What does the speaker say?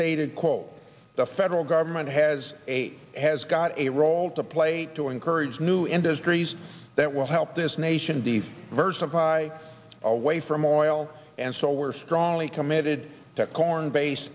stated coal the federal government has a has got a role to play to encourage new industries that will help this nation the verge of high away from oil and so we're strongly committed to corn based